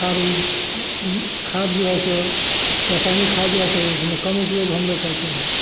खाद खाद है जो सो रासायनिक खाद जो है सो कम उपयोग करते है हम लोग